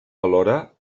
alhora